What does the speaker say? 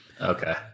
Okay